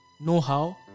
know-how